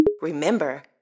Remember